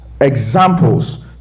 examples